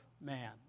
man